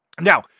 Now